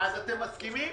אז אתם מסכימים?